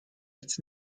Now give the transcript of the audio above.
its